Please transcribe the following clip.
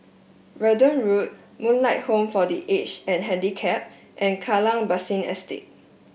Verdun Road Moonlight Home for The Aged and Handicapped and Kallang Basin Estate